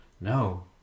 No